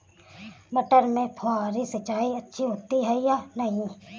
मटर में फुहरी सिंचाई अच्छी होती है या नहीं?